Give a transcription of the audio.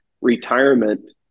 retirement